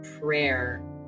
prayer